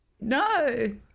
No